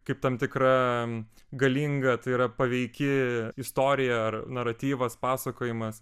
kaip tam tikra galinga tai yra paveiki istorija ar naratyvas pasakojimas